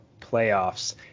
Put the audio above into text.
playoffs